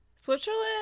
Switzerland